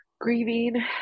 grieving